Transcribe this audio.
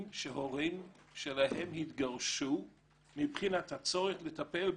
שההורים שלהם התגרשו מבחינת הצורך לטפל בהם.